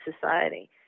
society